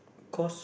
course